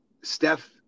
Steph